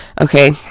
okay